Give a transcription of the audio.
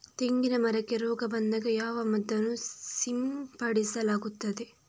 ತೆಂಗಿನ ಮರಕ್ಕೆ ರೋಗ ಬಂದಾಗ ಯಾವ ಮದ್ದನ್ನು ಸಿಂಪಡಿಸಲಾಗುತ್ತದೆ?